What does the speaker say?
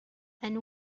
and